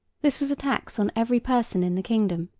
this was a tax on every person in the kingdom,